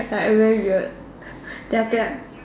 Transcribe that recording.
like I very weird then after that